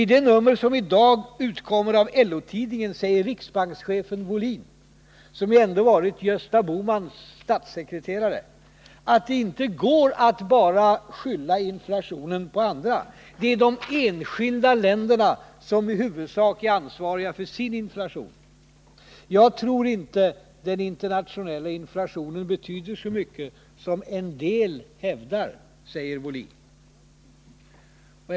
I det nummer som i dag utkommer av LO-tidningen säger riksbankschefen Wohlin, som ändå varit Gösta Bohmans statssekreterare, att det inte går att bara skylla inflationen på andra — det är de enskilda länderna som i huvudsak är ansvariga för sin inflation. Jag tror inte den internationella inflationen betyder så mycket som en del hävdar, säger Lars Wohlin.